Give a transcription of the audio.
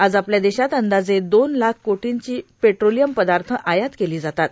आज आपल्या देशात अंदाजे दोन लाख कोटीची पेट्रोलीयम पदार्थ आयात केली जातात